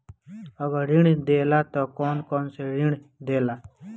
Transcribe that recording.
अगर ऋण देला त कौन कौन से ऋण देला?